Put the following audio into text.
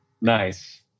Nice